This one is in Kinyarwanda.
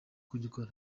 kugikora